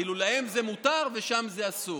כאילו להם זה מותר ושם זה אסור.